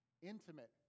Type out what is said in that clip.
Intimate